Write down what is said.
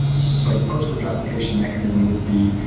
so the postgres replication mechanism would be,